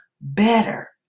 better